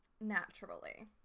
Naturally